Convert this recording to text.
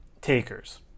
takers